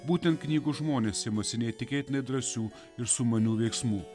būtent knygų žmonės imasi neįtikėtinai drąsių ir sumanių veiksmų